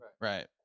Right